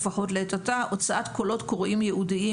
לעת עתה: הוצאת קולות קוראים ייעודיים